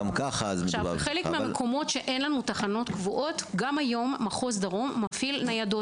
בחלק מהמקומות שאין בהם תחנה קבועה מחוז דרום מפעיל ניידות.